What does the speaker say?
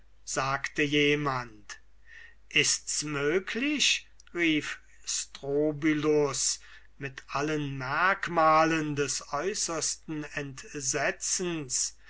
sagte jemand ists möglich rief strobylus mit allen merkmalen des äußersten entsetzens